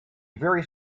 very